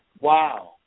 Wow